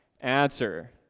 Answer